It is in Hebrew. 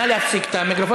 נא להפסיק את המיקרופון,